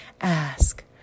Ask